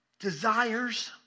desires